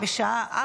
נתקבלה.